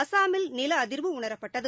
அஸ்ஸாமில் நிலஅதிர்வு உணரப்பட்டது